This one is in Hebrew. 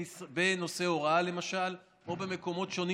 בהוראה למשל או במקומות שונים